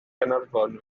gaernarfon